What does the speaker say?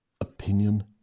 opinion